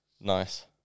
Nice